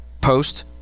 Post